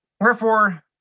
Wherefore